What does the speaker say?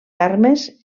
armes